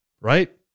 Right